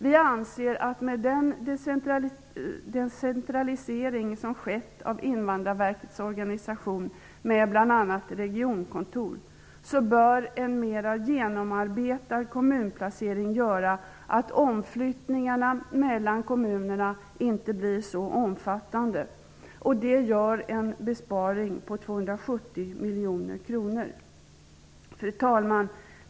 Vi anser att med den decentralisering som har skett av regionkontor bör en mera genomarbetad kommunplacering göra att omflyttningarna mellan kommunerna inte blir så omfattande. Det gör en besparing på 270 miljoner kronor. Fru talman!